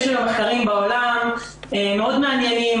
יש היום מחקרים בעולם מאוד מעניינים,